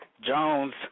Jones